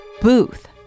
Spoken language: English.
Booth